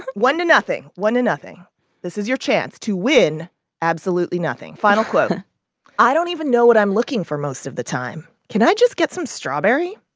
one to nothing, one to nothing this is your chance to win absolutely nothing. final clue i don't even know what i'm looking for most of the time. can i just get some strawberry?